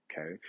okay